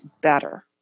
better